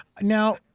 Now